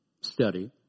study